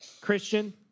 Christian